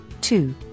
two